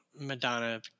Madonna